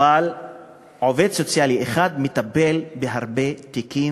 אבל עובד סוציאלי אחד מטפל בהרבה תיקים,